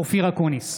אופיר אקוניס,